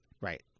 Right